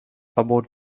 about